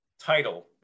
title